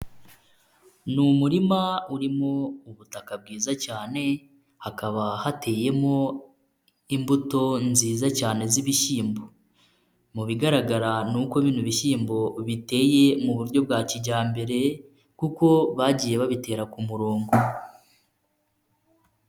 Ni umurima urimo ubutaka bwiza cyane, hakaba hateyemo imbuto nziza cyane z'ibishyimbo, mu bigaragara ni uko bino bishyimbo biteye mu buryo bwa kijyambere kuko bagiye babitera ku murongo.